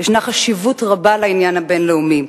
ישנה חשיבות רבה לעניין הבין-לאומי.